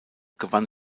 gewann